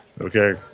Okay